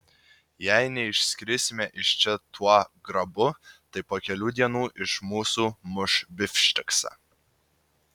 jei neišskrisime iš čia tuo grabu tai po kelių dienų iš mūsų muš bifšteksą